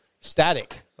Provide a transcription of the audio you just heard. static